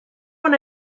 when